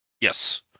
Yes